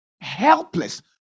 helpless